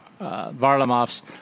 Varlamov's